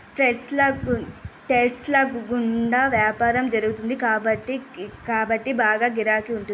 trades ల గుండా యాపారం జరుగుతుంది కాబట్టి బాగా గిరాకీ ఉంటాది